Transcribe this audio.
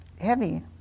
heavy